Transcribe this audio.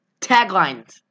Taglines